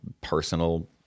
personal